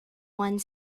one